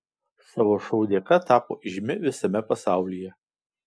savo šou dėka tapo įžymi visame pasaulyje